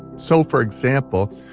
so for example,